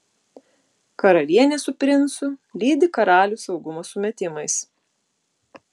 karalienė su princu lydi karalių saugumo sumetimais